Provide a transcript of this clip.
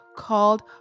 called